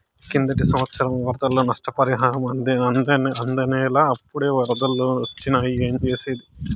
కిందటి సంవత్సరం వరదల్లో నష్టపరిహారం అందనేలా, అప్పుడే ఒరదలొచ్చేసినాయి ఏంజేసేది